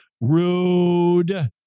rude